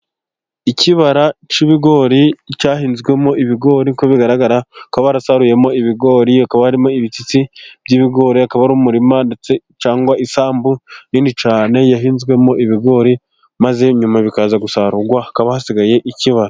Ikibara cy'ibigori cyahinzwemo ibigori, nkuko bigaragara bakaba barasaruyemo ibigori, hakaba harimo ibishyitsi by'ibigori, akaba ari umurima ndetse cyangwa isambu nini cyane yahinzwemo ibigori, maze nyuma bikaza gusarurwa, hakaba hasigaye ikibara.